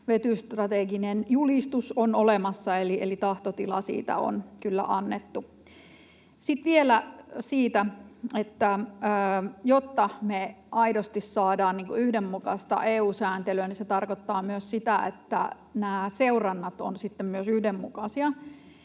vetystrateginen julistus on olemassa, eli tahtotila siitä on kyllä annettu. Sitten vielä: Jotta me aidosti saadaan yhdenmukaista EU-sääntelyä, niin se tarkoittaa myös sitä, että nämä seurannat ovat sitten myös yhdenmukaisia